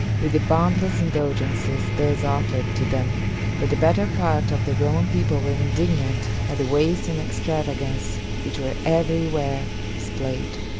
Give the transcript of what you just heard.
with the boundless indulgences thus offered to them but the better part of the roman people were indignant at the waste and extravagance which were every where displayed.